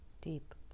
deep